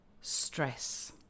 stress